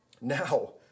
now